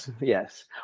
yes